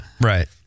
Right